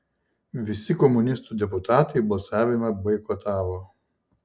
visi komunistų deputatai balsavimą boikotavo